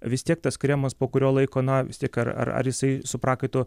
vis tiek tas kremas po kurio laiko na vis tiek ar ar jisai su prakaitu